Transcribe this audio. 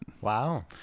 Wow